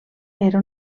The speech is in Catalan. era